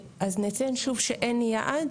אז נציין שוב שאין יעד,